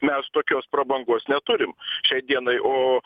mes tokios prabangos neturim šiai dienai o